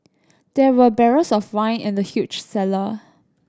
there were barrels of wine in the huge cellar